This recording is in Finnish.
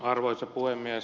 arvoisa puhemies